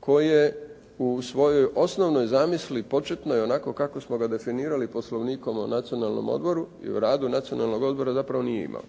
koje u svojoj osnovnoj zamisli početnoj onako kako smo ga definirali Poslovnikom o Nacionalnom odboru i o radu Nacionalnog odbora zapravo nije imao.